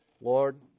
Lord